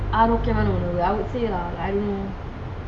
ஆரோக்கியமான உண்ணவோ:aarokiyamana unnavu I would say lah I don't know